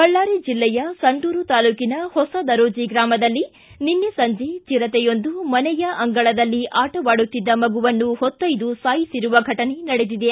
ಬಳ್ಳಾರಿ ಬೆಲ್ಲೆಯ ಸಂಡೂರು ತಾಲೂಕಿನ ಹೊಸ ದರೋಜಿ ಗ್ರಮದಲ್ಲಿ ನಿನ್ನೆ ಸಂಜೆ ಚಿರತೆಯೊಂದು ಮನೆಯ ಅಂಗಳದಲ್ಲಿ ಆಟವಾಡುತ್ತಿದ್ದ ಮಗುವನ್ನು ಹೊತ್ತೊಯ್ದು ಸಾಯಿಸಿರುವ ಘಟನೆ ನಡೆದಿದೆ